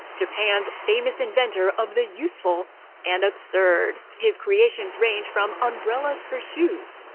japan's famous inventor of the useful and absurd. his creations range from umbrellas for shoes,